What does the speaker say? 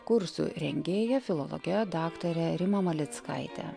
kursų rengėja filologe daktare rima malickaite